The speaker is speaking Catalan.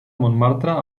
montmartre